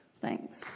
thanks